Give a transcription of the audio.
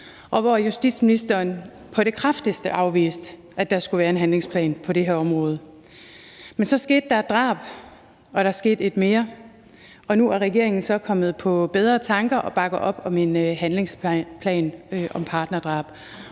hvor justitsministeren på det kraftigste afviste, at der skulle være en handlingsplan på det her område. Men så skete der et drab, og der skete et mere, og nu er regeringen så kommet på bedre tanker og bakker op om en handlingsplan om partnerdrab.